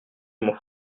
mon